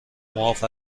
معاف